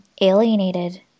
alienated